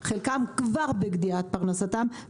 חלקם כבר בגדיעת פרנסתם,